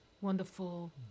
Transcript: Wonderful